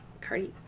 Cardi